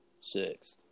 six